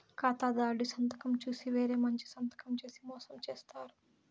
ఖాతాదారుడి సంతకం చూసి వేరే మంచి సంతకం చేసి మోసం చేత్తారు